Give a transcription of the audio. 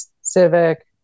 Civic